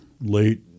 late